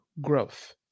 growth